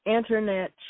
Internet